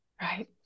Right